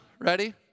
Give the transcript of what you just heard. Ready